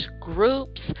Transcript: groups